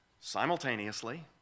simultaneously